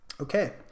okay